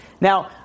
Now